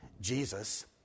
Jesus